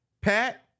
Pat